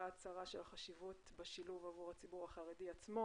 הצרה של החשיבות בשילוב עבור הציבור החרדי עצמו,